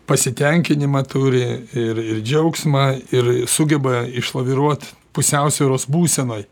pasitenkinimą turi ir ir džiaugsmą ir sugeba išlaviruot pusiausvyros būsenoj